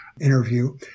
interview